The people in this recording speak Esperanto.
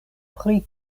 pri